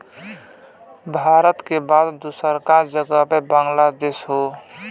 भारत के बाद दूसरका जगह पे बांग्लादेश हौ